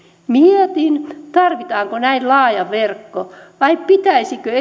mietin tarvitaanko näin laaja verkko vai pitäisikö